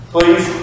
Please